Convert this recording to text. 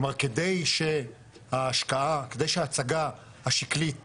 כלומר, כדי שההשקעה, כדי שההצגה השקלית